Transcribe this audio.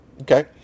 okay